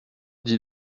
dit